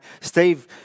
Steve